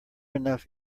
enough